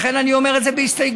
ולכן אני אומר את זה בהסתייגות.